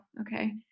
okay